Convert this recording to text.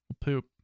Poop